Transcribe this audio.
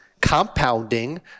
compounding